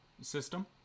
system